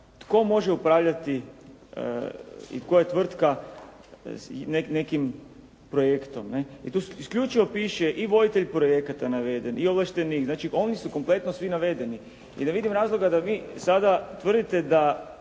tko može upravljati i koja tvrtka nekim projektom. I tu isključivo piše i voditelj projekata naveden i ovlaštenik, znači oni su kompletno svi navedeni. I ne vidim razloga da vi sada tvrdite da